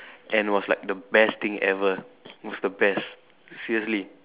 and it was like the best thing ever it was the best seriously